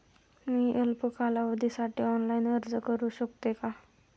मी अल्प कालावधीसाठी ऑनलाइन अर्ज करू शकते का?